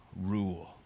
rule